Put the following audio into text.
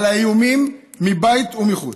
על האיומים מבית ומחוץ.